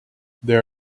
there